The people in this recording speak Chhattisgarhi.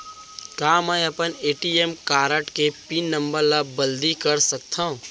का मैं अपन ए.टी.एम कारड के पिन नम्बर ल बदली कर सकथव?